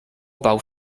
bał